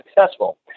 successful